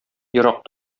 ерак